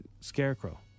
scarecrow